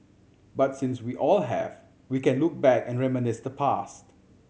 but since we all have we can look back and reminisce the past